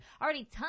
already